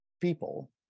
people